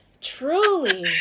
truly